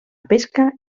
pesca